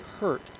hurt